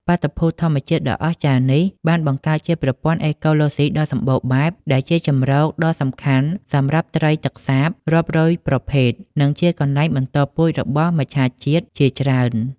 បាតុភូតធម្មជាតិដ៏អស្ចារ្យនេះបានបង្កើតជាប្រព័ន្ធអេកូឡូស៊ីដ៏សម្បូរបែប ដែលជាជម្រកដ៏សំខាន់សម្រាប់ត្រីទឹកសាបរាប់រយប្រភេទ និងជាកន្លែងបន្តពូជរបស់មច្ឆជាតិជាច្រើន។